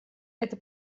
это